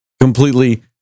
Completely